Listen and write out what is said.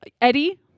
Eddie